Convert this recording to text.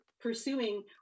pursuing